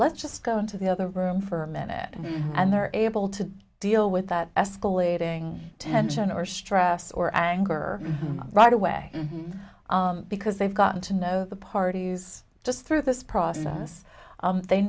let's just go into the other room for a minute and they're able to deal with that escalating tension or stress or anger right away because they've gotten to know the parties just through this process they